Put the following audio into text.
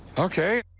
ok.